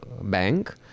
bank